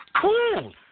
cool